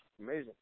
amazing